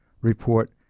report